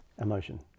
emotion